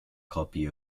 copy